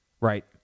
right